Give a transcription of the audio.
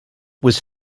was